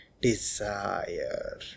Desire